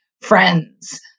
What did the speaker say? friends